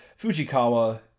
Fujikawa